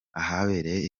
ahabereye